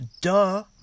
Duh